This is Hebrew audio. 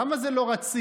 למה זה לא רציף,